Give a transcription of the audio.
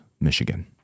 Michigan